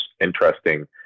interesting